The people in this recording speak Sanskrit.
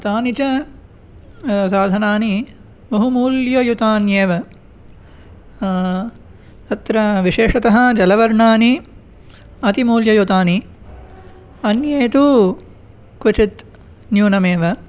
तानि च साधनानि बहु मूल्ययुतान्येव तत्र विशेषतः जलवर्णानि अति मूल्ययुतानि अन्ये तु क्वचित् न्यूनमेव